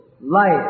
life